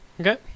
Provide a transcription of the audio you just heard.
Okay